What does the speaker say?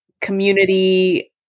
community